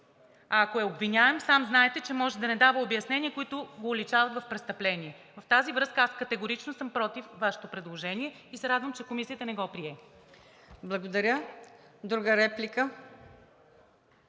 А ако е обвиняем, сам знаете, че може да не дава обяснения, които го уличават в престъпление. Затова аз категорично съм против Вашето предложение и се радвам, че Комисията не го прие. ПРЕДСЕДАТЕЛ МУКАДДЕС